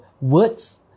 words